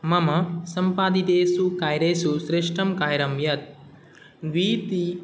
मम सम्पादितेषु कार्येषु श्रेष्ठं कार्यं यत् वीति